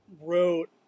wrote